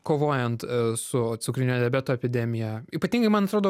kovojant a su cukrinio diabeto epidemija ypatingai man atrodo